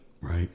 Right